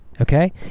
okay